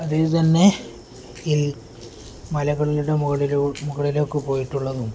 അതിൽ തന്നെ ഇൽ മലകളിലുടെ മുകളിലു മുകളിലൊക്കെ പോയിട്ടുള്ളതും